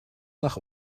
nach